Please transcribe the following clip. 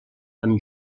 amb